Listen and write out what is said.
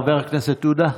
חבר הכנסת עודה,